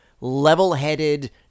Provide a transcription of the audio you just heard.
level-headed